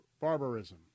barbarism